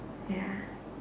ya